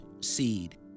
seed